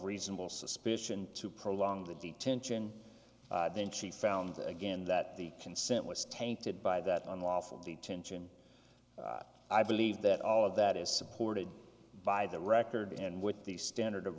suspicion to prolong the detention then she found again that the consent was tainted by that unlawful detention i believe that all of that is supported by the record and with the standard of